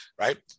right